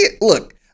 look